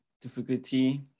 difficulty